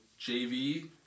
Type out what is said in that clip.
JV